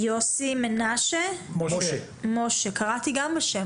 יוסי מושה, אני אתן לך שתי